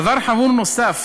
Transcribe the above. דבר חמור נוסף,